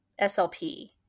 SLP